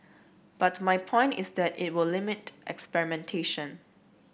but my point is that it will limit experimentation